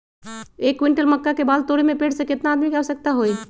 एक क्विंटल मक्का बाल तोरे में पेड़ से केतना आदमी के आवश्कता होई?